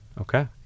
Okay